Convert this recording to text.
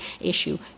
issue